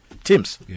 teams